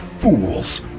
Fools